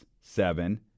seven